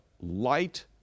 light